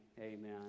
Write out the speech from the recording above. Amen